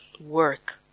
work